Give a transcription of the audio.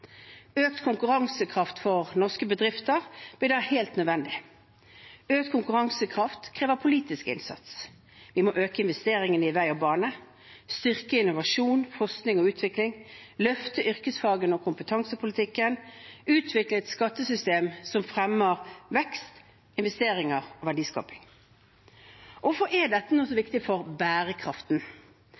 Økt konkurransekraft for norske bedrifter blir da helt nødvendig. Økt konkurransekraft krever politisk innsats. Vi må øke investeringene i vei og bane, styrke innovasjon, forskning og utvikling, løfte yrkesfagene og kompetansepolitikken, utvikle et skattesystem som fremmer vekst, investeringer og verdiskaping. Hvorfor er dette så viktig for bærekraften?